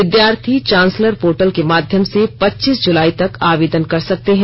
विद्यार्थी chancellor portal के माध्यम से पच्चीस जुलाई तक आवेदन कर सकते हैं